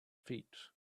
feet